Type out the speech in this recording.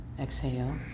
Exhale